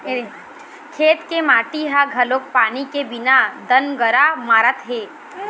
खेत के माटी ह घलोक पानी के बिना दनगरा मारत हे